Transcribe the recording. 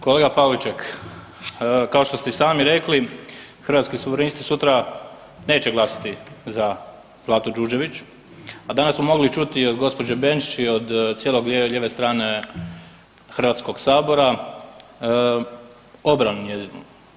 Kolega Pavliček kao što ste i sami rekli Hrvatski suverenisti sutra neće glasati za Zlatu Đurđević, a danas smo mogli čuti i od gospođe Benčić i od cijelog, cijele lijeve strane Hrvatskog sabora obranu njezinu.